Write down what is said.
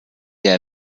der